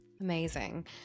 Amazing